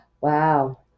Wow